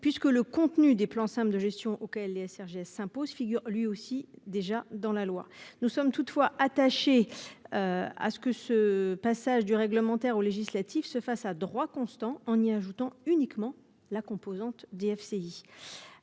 puisque le contenu des plans Sam de gestion auquel et SRG s'impose figure lui aussi déjà dans la loi. Nous sommes toutefois attaché. À ce que ce passage du réglementaire ou législatif se fassent à droit constant, en y ajoutant uniquement la composante DFCI.